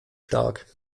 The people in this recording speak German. stark